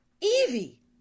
Evie